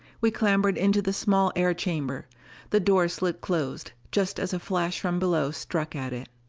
we clambered into the small air-chamber the door slid closed, just as a flash from below struck at it.